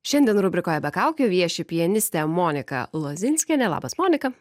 šiandien rubrikoje be kaukių vieši pianistė monika lozinskienė labas monika